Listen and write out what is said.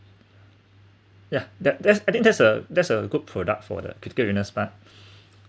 yeah that that's I think that's a that's a good product for the critical illness plan